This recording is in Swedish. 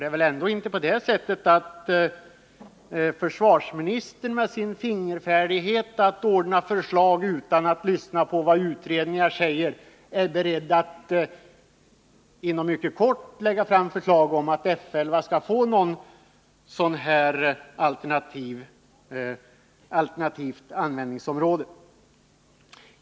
Det är väl ändå inte på det sättet att försvarsministern, med sin fingerfärdighet att ordna försiag utan att lyssna på vad utredningar har att säga, är beredd att inom mycket kort tid lägga fram förslag om att ge F 11 ett alternativt användningsområde?